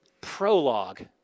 prologue